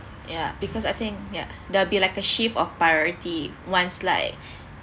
ya because I think yeah there'll be like a shift of priority once like